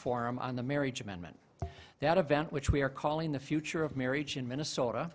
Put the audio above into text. forum on the marriage amendment that event which we are calling the future of marriage in minnesota